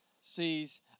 sees